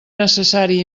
necessari